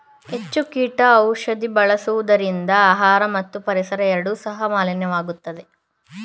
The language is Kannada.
ಹೆಚ್ಚು ಕೀಟ ಔಷಧಿ ಬಳಸುವುದರಿಂದ ಆಹಾರ ಮತ್ತು ಪರಿಸರ ಎರಡು ಸಹ ಮಾಲಿನ್ಯವಾಗುತ್ತೆ